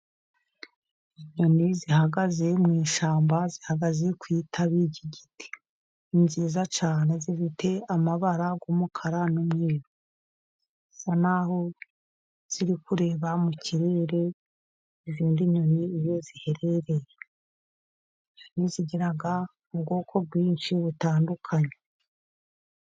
Inyoni zihagaze mu ishyamba zihagaze ku itabi ry'igiti. Ni nziza cyane, zifite amabara y'umukara n'umweru. Bisa n'aho ziri kureba mu kirere izindi nyoni iyo ziherereye. Inyoni zigira ubwoko bwinshi butandukanye.